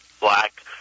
black